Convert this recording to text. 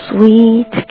Sweet